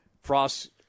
Frost